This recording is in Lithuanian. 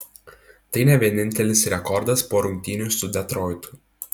tai ne vienintelis rekordas po rungtynių su detroitu